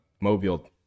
mobile